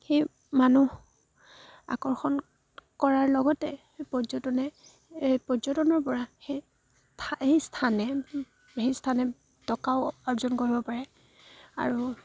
সেই মানুহ আকৰ্ষণ কৰাৰ লগতে পৰ্যটনে এই পৰ্যটনৰ পৰা সেই সেই স্থানে সেই স্থানে টকাও অৰ্জন কৰিব পাৰে আৰু